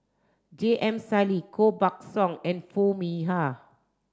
J M Sali Koh Buck Song and Foo Mee Har